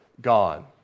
gone